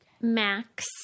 Max